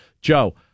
Joe